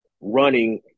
running